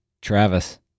Travis